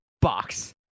Box